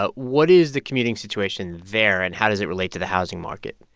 ah what is the commuting situation there, and how does it relate to the housing market?